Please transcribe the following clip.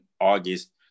August